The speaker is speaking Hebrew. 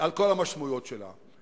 על כל המשמעויות שלה.